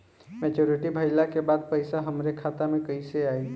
Maturity भईला के बाद पईसा हमरे खाता में कइसे आई?